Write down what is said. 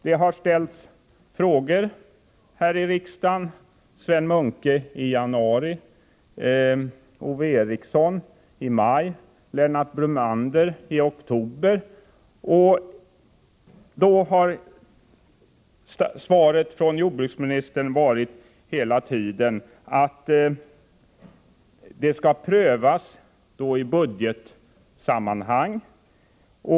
Det har ställts frågor här i riksdagen — av Sven Munke i januari, av Ove Eriksson i maj, av Lennart Brunander i oktober — och jordbruksministerns svar har hela tiden varit att det skall prövas i budgetsammanhang.